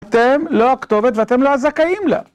אתם לא הכתובת ואתם לא הזכאים לה.